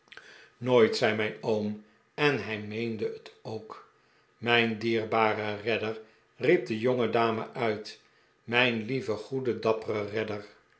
en hij meende het ook mijn dierbare redder riep de jongedame uit mijn lieve goede dappere redder